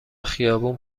خیابون